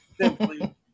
simply